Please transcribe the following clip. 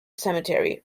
cemetery